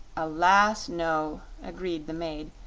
alas, no, agreed the maid.